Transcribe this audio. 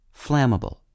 Flammable